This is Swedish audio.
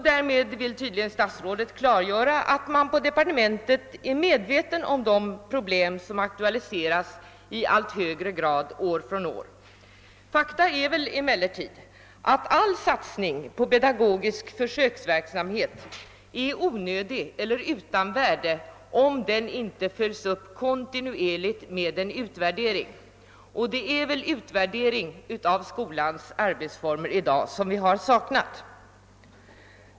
Därmed vill statsrådet tydligen klargöra att man i departementet är medveten om de problem som aktualiserats i allt högre grad år från år. Faktum är emellertid att all satsning på pedagogisk försöksverksamhet är utan värde om den inte följs upp kontinuerligt med en utvärdering. Och det är utvärdering av skolans arbetsformer som vi har saknat.